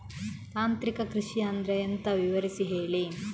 ತಾಂತ್ರಿಕ ಕೃಷಿ ಅಂದ್ರೆ ಎಂತ ವಿವರಿಸಿ ಹೇಳಿ